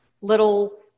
little